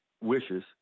wishes